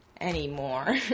anymore